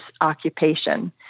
occupation